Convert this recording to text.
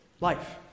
life